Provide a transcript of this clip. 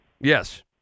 Yes